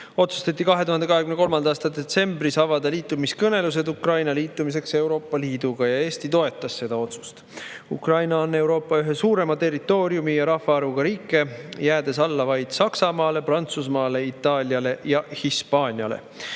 otsustas 2023. aasta detsembris avada liitumiskõnelused Ukraina ühinemiseks Euroopa Liiduga ja Eesti toetas seda otsust. Ukraina on Euroopas üks suurima territooriumi ja rahvaarvuga riike, jäädes alla vaid Saksamaale, Prantsusmaale, Itaaliale ja Hispaaniale.